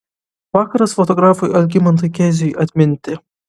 vakaras fotografui algimantui keziui atminti